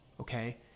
okay